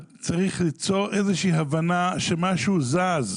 צריך ליצור איזושהי הבנה שמשהו זז,